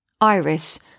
Iris